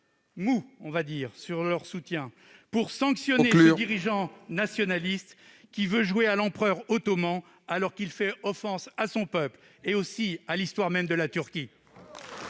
mou, ... Il faut conclure. ... pour sanctionner ce dirigeant nationaliste qui veut jouer à l'empereur ottoman, alors qu'il fait offense à son peuple et à l'histoire même de la Turquie